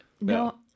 no